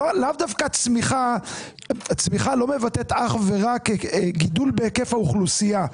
צמיחה לא מבטאת אך ורק גידול בהיקף האוכלוסייה,